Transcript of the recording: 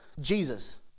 Jesus